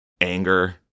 anger